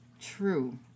true